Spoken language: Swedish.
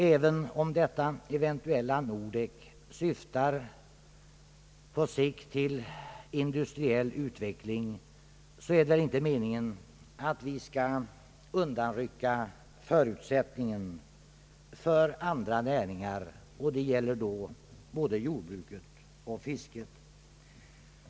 Även om ett eventuellt Nordek på sikt syftar till industriell utveckling kan vi ändå inte undanrycka förutsättningen för andra näringar — det gäller då både jordbruket och fisket.